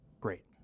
great